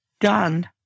Done